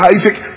Isaac